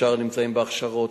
והשאר נמצאים בהכשרות,